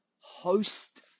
host